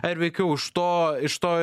ar veikiau iš to iš to